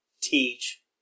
teach